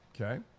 Okay